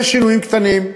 יש שינויים קטנים.